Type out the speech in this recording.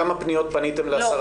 כמה פניות היו לכם להסרת תכנים?